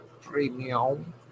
premium